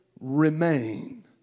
remain